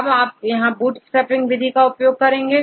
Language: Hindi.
अब आप यहां बूटस्ट्रैप विधि का उपयोग करेंगे